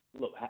Look